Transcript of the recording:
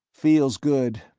feels good.